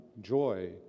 joy